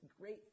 great